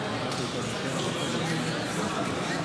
בבקשה.